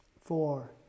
four